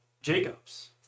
Jacob's